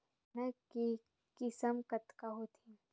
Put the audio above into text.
चना के किसम कतका होथे?